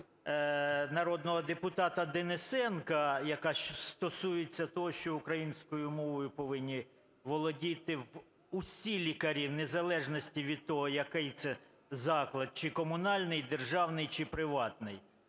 народного депутата Денисенка, яка стосується того, що українською мовою повинні володіти всі лікарі, незалежно від того, який це заклад: чи комунальний, державний, чи приватний.